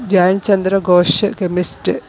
Dhyan Chandra Ghosh chemist